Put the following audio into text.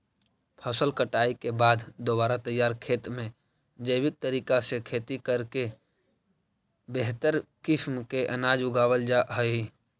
फसल कटाई के बाद दोबारा तैयार खेत में जैविक तरीका से खेती करके बेहतर किस्म के अनाज उगावल जा हइ